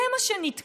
זה מה שנתקע.